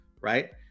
right